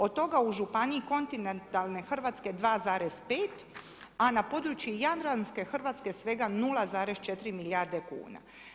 Od toga u županiji kontinentalne Hrvatske 2,5 a na području, Jadranske Hrvatske svega 0,4 milijarde kuna.